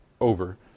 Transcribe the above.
over